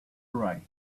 right